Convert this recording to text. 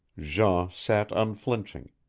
jean sat unflinching,